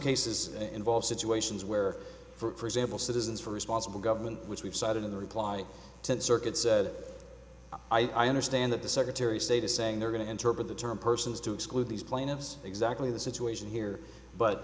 cases involve situations where for example citizens for responsible government which we've cited in the reply to the circuit said i understand that the secretary of state is saying they're going to interpret the term persons to exclude these plaintiffs exactly the situation here but